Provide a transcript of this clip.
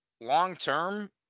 long-term